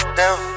down